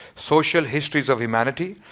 social histories of humanity.